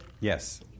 Yes